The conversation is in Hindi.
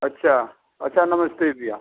अच्छा अच्छा नमस्ते भैया